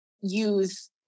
use